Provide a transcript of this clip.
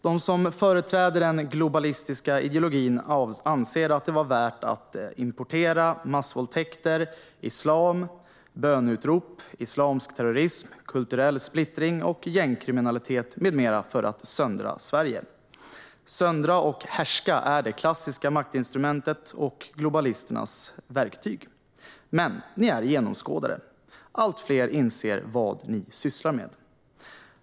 De som företräder den globalistiska ideologin anser att det var värt att importera massvåldtäkter, islam, böneutrop, islamisk terrorism, kulturell splittring, gängkriminalitet med mera för att söndra Sverige. Söndra och härska är det klassiska maktinstrumentet och globalisternas verktyg. Men ni är genomskådade. Allt fler inser vad ni sysslar med.